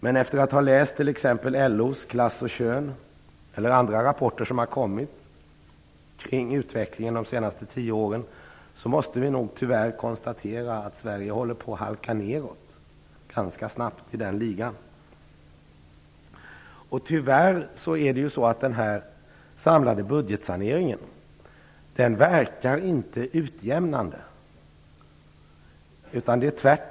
Men efter att ha läst t.ex. LO:s Klass och kön, eller andra rapporter som har kommit kring utvecklingen de senaste tio åren, måste vi nog tyvärr konstatera att Sverige håller på att halka nedåt ganska snabbt i den ligan. Tyvärr verkar den samlade budgetsaneringen inte utjämnande.